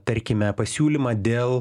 tarkime pasiūlymą dėl